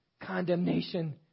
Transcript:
condemnation